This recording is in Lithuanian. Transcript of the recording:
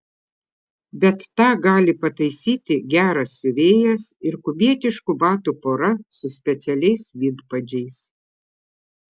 bet tą gali pataisyti geras siuvėjas ir kubietiškų batų pora su specialiais vidpadžiais